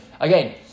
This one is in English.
again